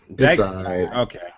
Okay